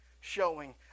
showing